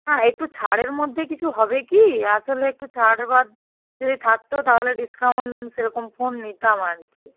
হ্যাঁ একটু ছাড়ের মধ্যে কিছু হবে কি আসলে একটু ছাড় বা যদি থাকতো তাহলে ডিসকাউন্ট সেরকম ফোন নিতাম আর কি